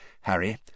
Harry